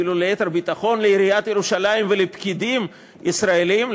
אפילו ליתר ביטחון לעיריית ירושלים ולפקידים ישראלים,